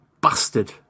Bastard